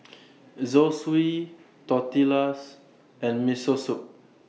Zosui Tortillas and Miso Soup